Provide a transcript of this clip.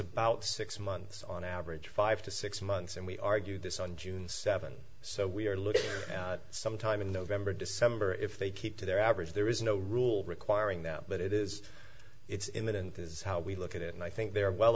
about six months on average five to six months and we argue this on june seventh so we're looking at sometime in november december if they keep to their average there is no rule requiring them but it is it's imminent is how we look at it and i think they're well